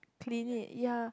clean it ya